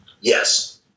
Yes